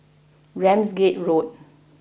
Ramsgate Road